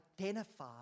identify